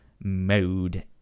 mode